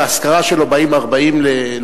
באזכרה שלו באים 40 לאזכרתו.